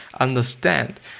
understand